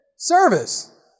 Service